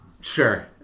sure